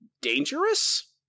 dangerous